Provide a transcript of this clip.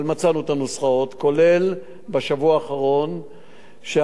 כי אמרנו שבלי שנראה את הכיסוי התקציבי לשנים הקרובות,